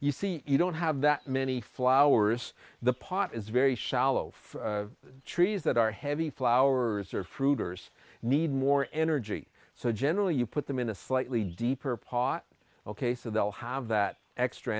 you see you don't have that many flowers the pot is very shallow for trees that are heavy flowers or fruiterer's need more energy so generally you put them in a slightly deeper pot ok so they'll have that extra